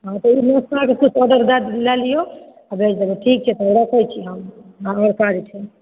हँ तऽ ई नास्ताके किछु अहाँ ऑडर लऽ लिऔ आओर भेज देबै ठीक छै तऽ राखै छी हम हमरा काज छै